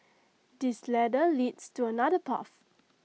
this ladder leads to another path